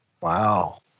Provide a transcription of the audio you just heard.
wow